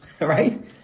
right